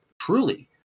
truly